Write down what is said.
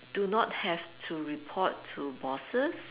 do not have to report to bosses